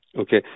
Okay